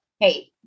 hey